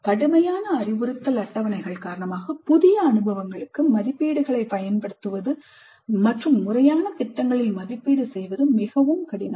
கடுமையான அறிவுறுத்தல் அட்டவணைகள் காரணமாக புதிய அனுபவங்களுக்கு முடிவுகளை பயன்படுத்துவது மற்றும் முறையான திட்டங்களில் மதிப்பீடு செய்வது மிகவும் கடினம்